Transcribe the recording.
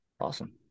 Awesome